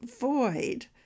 void